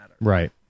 Right